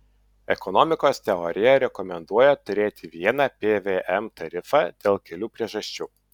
ekonomikos teorija rekomenduoja turėti vieną pvm tarifą dėl kelių priežasčių